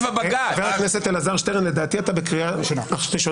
חבר הכנסת אלעזר שטרן, לדעתי, אתה בקריאה ראשונה.